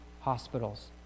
hospitals